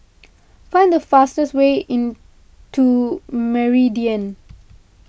find the fastest way in to Meridian